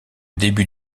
début